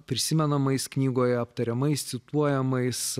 prisimenamais knygoje aptariamais cituojamais